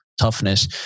toughness